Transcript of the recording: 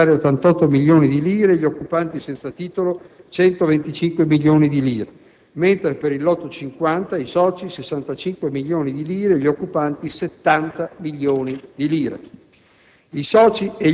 avrebbero dovuto versare 88 milioni di lire e gli occupanti senza titolo 125 milioni di lire, mentre per il lotto 50 i soci avrebbero dovuto versare 65 milioni di lire e gli occupanti 70 milioni di lire.